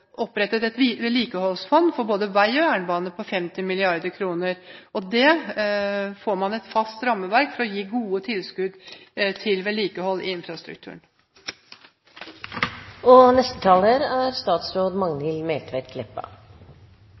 opprette et vedlikeholdsfond for både vei og jernbane, på 50 mrd. kr. Da ville man fått et fast rammeverk for å gi gode tilskudd til vedlikehold av infrastrukturen. Min ambisjon er